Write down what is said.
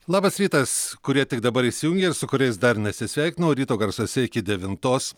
labas rytas kurie tik dabar įsijungė ir su kuriais dar neatsisveikinau ryto garsuose iki devintos